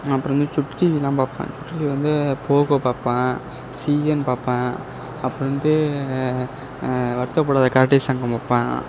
அப்புறமே சுட்டி டிவியெலாம் பார்ப்பேன் சுட்டி டிவியில் வந்து போகோ பார்ப்பேன் சிஎன் பார்ப்பேன் அப்புறம் வந்து வருத்தப்படாத காட்டேரி சங்கம் பார்ப்பேன்